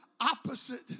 opposite